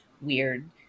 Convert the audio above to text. weird